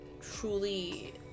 truly